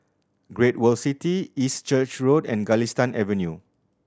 Great World City East Church Road and Galistan Avenue